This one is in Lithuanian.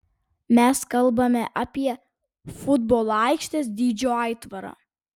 mes kalbame apie futbolo aikštės dydžio aitvarą